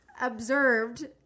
observed